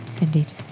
Indeed